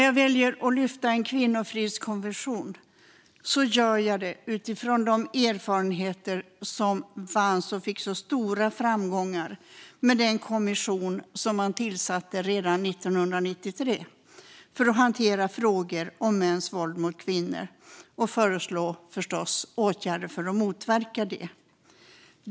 Jag väljer att lyfta fram en kvinnofridskommission utifrån de erfarenheter som finns efter de stora framgångarna med den kommission som man tillsatte redan 1993 för att hantera frågor om mäns våld mot kvinnor och förstås för att föreslå åtgärder för att motverka det.